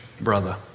brother